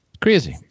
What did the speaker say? crazy